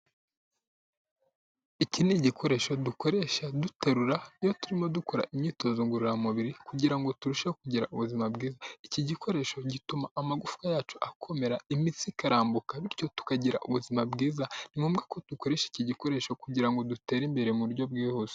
Iki ni igikoresho dukoresha duterura iyo turimo dukora imyitozo ngororamubiri kugira turusheho kugira ubuzima bwiza iki gikoresho gituma amagufwa yacu akomera imitsi ikarambuka bityo tukagira ubuzima bwiza ni ngombwa ko dukoresha iki gikoresho kugira ngo dutere imbere mu buryo bwihuse.